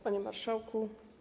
Panie Marszałku!